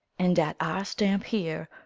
and at our stamp here,